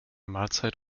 mahlzeit